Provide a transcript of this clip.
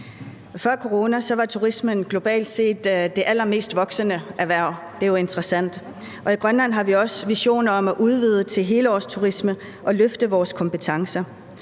Før corona var turismen globalt set det allermest voksende erhverv; det er jo interessant. I Grønland har vi også visioner om at udvide til helårsturisme og løfte vores kompetencer.